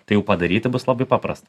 tai jau padaryti bus labai paprasta